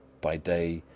by day,